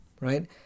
right